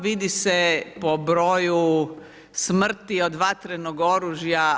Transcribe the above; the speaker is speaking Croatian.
Vidi se po broju smrti od vatrenog oružja.